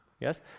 yes